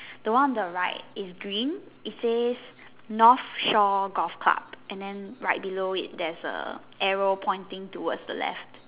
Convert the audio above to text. the one on the right is green it says north shore golf club and then right below it there's a arrow pointing towards the left